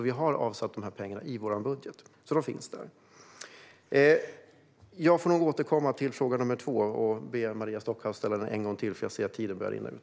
Vi har avsatt pengarna i vår budget, och de finns där. Jag får återkomma till fråga nummer två och be Maria Stockhaus ställa frågan igen eftersom jag ser att min talartid börjar rinna ut.